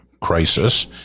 crisis